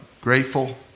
grateful